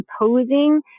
imposing